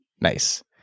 Nice